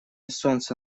солнце